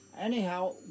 Anyhow